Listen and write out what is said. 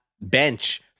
bench